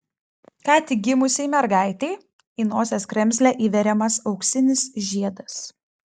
ką tik gimusiai mergaitei į nosies kremzlę įveriamas auksinis žiedas